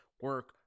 Work